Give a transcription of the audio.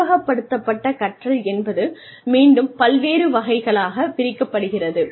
உருவகப்படுத்தப்பட்ட கற்றல் என்பது மீண்டும் பல்வேறு வகைகளாக பிரிக்கப்படுகிறது